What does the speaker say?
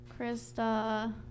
Krista